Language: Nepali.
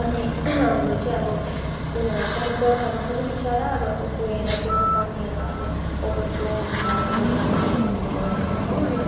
अनि हाम्रो चाहिँ अब उनीहरू चाहिँ अब बर्खामा पनि विचराहरू अब गएर चाहिँ अब पानीहरू अब ओभरफ्लो हुन्छ अब मैला पानी आउँछ बर्खामा हो अनि